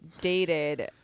dated